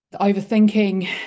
overthinking